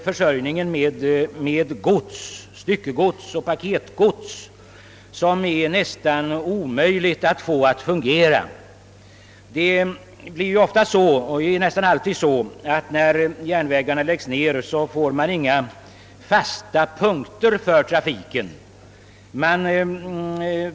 Först och främst därigenom att det är nästan omöjligt att få styckegodsoch paketgodstrafiken att fungera, Efter järnvägsnedläggelsen får man i regel inga fasta punkter för trafiken.